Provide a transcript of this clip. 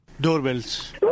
Doorbells